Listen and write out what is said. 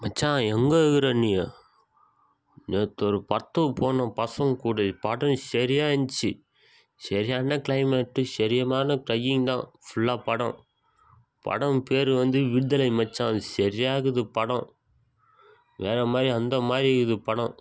மச்சான் எங்கேக்குற நீ நேற்று ஒரு படத்துக்கு போனோம் பசங்கள் கூட படம் சரியா இருந்துச்சி சரியான க்ளைமேட்டு சரியமான கையிங் தான் ஃபுல்லா படம் படம் பேர் வந்து விடுதலை மச்சான் சரியாக்குது படம் வேறு மாதிரி அந்த மாதிரிருக்குது படம்